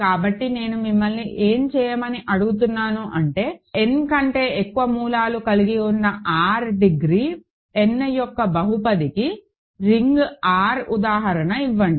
కాబట్టి నేను మిమ్మల్ని ఏమి చేయమని అడుగుతున్నాను అంటే n కంటే ఎక్కువ మూలాలను కలిగి ఉన్న R డిగ్రీ n యొక్క బహుపదికి రింగ్ R ఉదాహరణ ఇవ్వండి